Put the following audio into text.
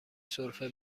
سرفه